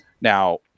Now